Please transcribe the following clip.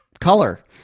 Color